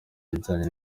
bijyanye